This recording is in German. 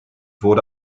wurde